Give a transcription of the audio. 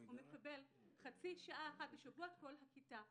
הוא מקבל חצי שעה בשבוע לכל הכיתה ביחד.